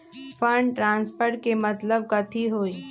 Fund transfer के मतलब कथी होई?